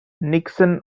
nixon